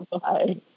Bye